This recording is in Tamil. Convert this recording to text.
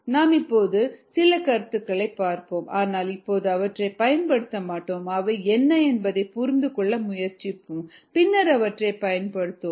நாம் இப்போது நாம் சில கருத்துகளைப் பார்ப்போம் ஆனால் இப்போது அவற்றைப் பயன்படுத்த மாட்டோம் அவை என்ன என்பதைப் புரிந்துகொள்ள முயற்சிப்போம் பின்னர் அவற்றைப் பயன்படுத்துவோம்